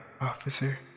officer